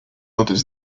notice